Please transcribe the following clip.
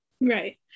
Right